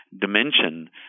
dimension